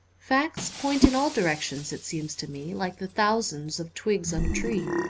facts point in all directions, it seems to me, like the thousands of twigs on a tree.